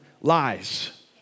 lies